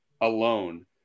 alone